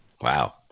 Wow